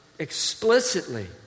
explicitly